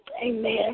Amen